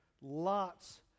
lots